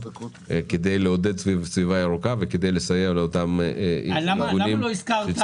כדי לעודד סביבה ירוקה --- למה לא התייחסת